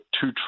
two